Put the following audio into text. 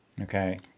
okay